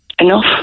Enough